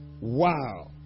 wow